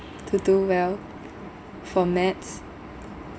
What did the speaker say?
to do well for maths